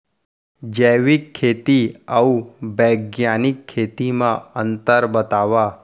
जैविक खेती अऊ बैग्यानिक खेती म अंतर बतावा?